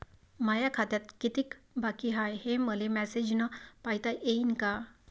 माया खात्यात कितीक बाकी हाय, हे मले मेसेजन पायता येईन का?